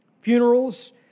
funerals